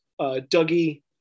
Dougie